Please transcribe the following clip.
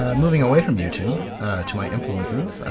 um moving away from youtube to my influences.